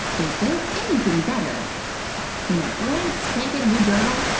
is there anything better than a brand spankin' new journal?